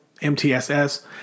MTSS